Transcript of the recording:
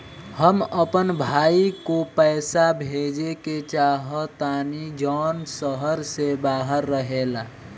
हम अपन भाई को पैसा भेजे के चाहतानी जौन शहर से बाहर रहेला